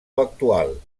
actual